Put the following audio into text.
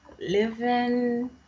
living